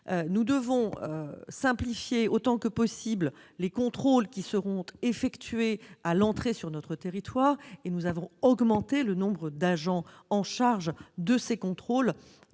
Nous devons simplifier autant que possible les contrôles qui seront effectués à l'entrée sur notre territoire et nous avons augmenté le nombre d'agents chargés de ces contrôles,